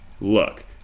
Look